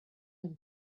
them